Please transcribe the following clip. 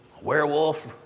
werewolf